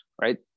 right